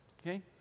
Okay